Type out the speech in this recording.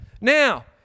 Now